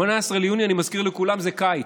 18 ביוני, אני מזכיר לכולם, זה קיץ.